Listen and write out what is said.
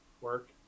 work